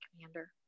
commander